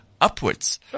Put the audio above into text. upwards